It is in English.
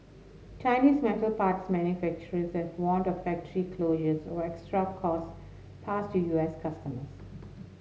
Chinese metal parts manufacturers have warned of factory closures or extra costs passed to U S customers